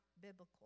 biblical